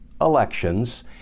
elections